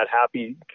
happy